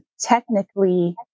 technically